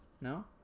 no